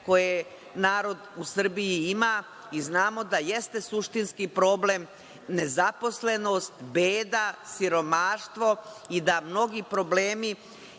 koje narod u Srbiji ima i znamo da jeste suštinski problem nezaposlenost, beda, siromaštvo i da mnogi problemi